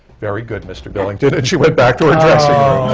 very good, mr. billington. and she went back to her dressing